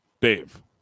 Dave